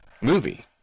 movie